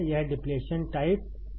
यह depletion type MOSFET के लिए है